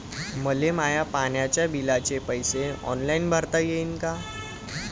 मले माया पाण्याच्या बिलाचे पैसे ऑनलाईन भरता येईन का?